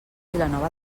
vilanova